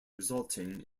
resulting